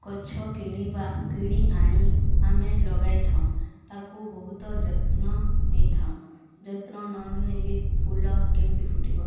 ଗଛ କିଣିବା କିଣି ଆଣି ଆମେ ଲଗାଇଥାଉଁ ତାକୁ ବହୁତ ଯତ୍ନ ନେଇଥାଉଁ ଯତ୍ନ ନନେଲେ ଫୁଲ କେମିତି ଫୁଟିବ